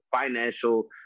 financial